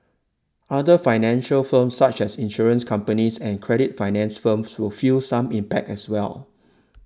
other financial firms such as insurance companies and credit finance firms will feel some impact as well